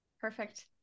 perfect